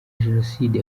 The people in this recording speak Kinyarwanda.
jenoside